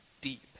deep